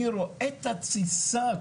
אני רואה את התסיסה.